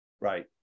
Right